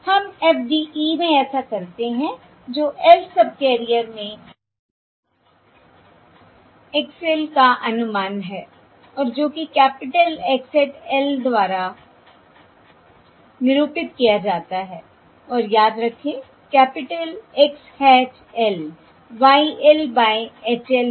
हम FDE में ऐसा करते हैं जो lth सबकैरियर में X l का अनुमान है और जो कि कैपिटल X hat l द्वारा निरूपित किया जाता है और याद रखें capital X hat l Y l by H l है